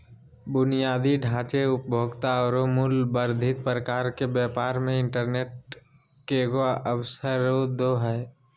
बुनियादी ढांचे, उपभोक्ता औरो मूल्य वर्धित प्रकार के व्यापार मे इंटरनेट केगों अवसरदो हइ